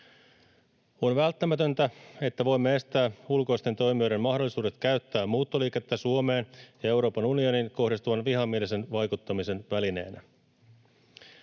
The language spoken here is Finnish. On välttämätöntä, että voimme estää ulkoisten toimijoiden mahdollisuudet käyttää muuttoliikettä Suomeen ja Euroopan unioniin kohdistuvan vihamielisen vaikuttamisen välineenä.